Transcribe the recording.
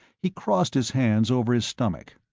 he crossed his hands over his stomach.